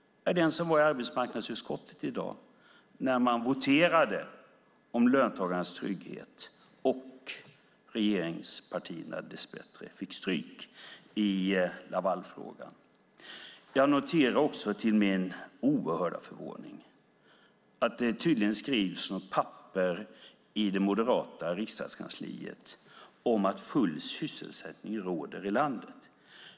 Arbetsmarknadsutskottet voterade i dag om löntagarnas trygghet, och regeringspartierna fick dess bättre stryk i Lavalfrågan. Jag noterar också till min oerhörda förvåning att det tydligen skrivs något papper i det moderata riksdagskansliet om att full sysselsättning råder i landet.